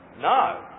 No